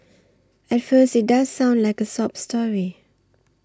at first it does sound like a sob story